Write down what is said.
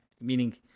meaning